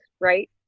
right